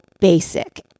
basic